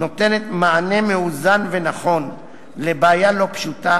נותנת מענה מאוזן ונכון לבעיה לא פשוטה